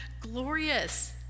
glorious